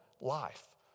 life